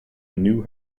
new